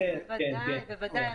בוודאי, בוודאי.